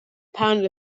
pound